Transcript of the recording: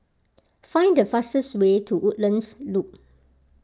find the fastest way to Woodlands Loop